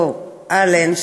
אותו אלן,